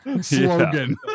slogan